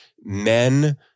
men